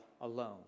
alone